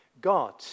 God